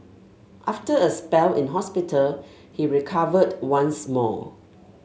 after a spell in hospital he recovered once more